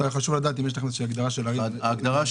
חשוב לי לדעת אם יש לכם הגדרה של מטרופולין דן.